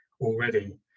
already